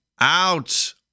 out